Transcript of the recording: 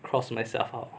cross myself out